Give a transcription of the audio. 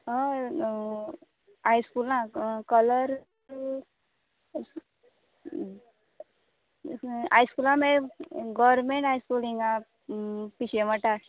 हय हायस्कुलाक कलर हायस्कु असे हायस्कुला मेळ हें गॉरमँट हायस्कूल हिंगा पिशे वाठार